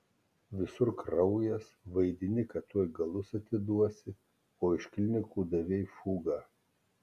visur kraujas vaidini kad tuoj galus atiduosi o iš klinikų davei fugą